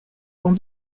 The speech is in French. dans